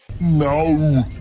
No